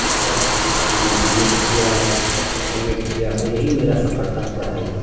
تو بس میں نے بی ایڈ کیا ایم ایڈ کیا تو یہی میرا سفر تھا پڑھائی کا